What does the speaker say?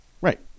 Right